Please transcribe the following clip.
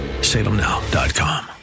salemnow.com